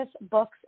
books